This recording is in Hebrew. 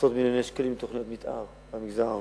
בעשרות מיליוני שקלים תוכנית מיתאר במגזר הערבי.